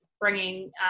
bringing